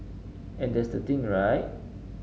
and that's the thing right